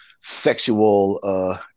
sexual